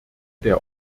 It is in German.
der